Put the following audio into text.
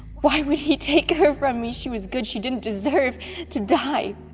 why would he take her from me? she was good, she didn't deserve to die.